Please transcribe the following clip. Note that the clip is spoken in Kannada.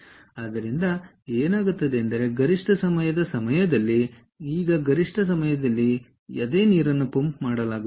ಆದ್ದರಿಂದ ಇದು ಏನಾಗುತ್ತದೆ ಎಂದರೆ ಗರಿಷ್ಠ ಸಮಯದ ಸಮಯದಲ್ಲಿ ಈಗ ಗರಿಷ್ಠ ಸಮಯದಲ್ಲಿ ಏನಾಗುತ್ತದೆ ಅದೇ ನೀರನ್ನು ಪಂಪ್ ಮಾಡಲಾಗುತ್ತಿತ್ತು